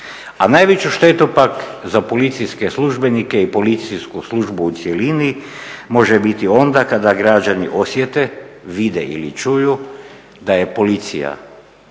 a najveću štetu pak za policijske službenike i policijsku službu u cjelini može biti onda kada građani osjete, vide ili čuju da je policija